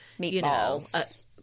meatballs